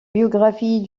biographie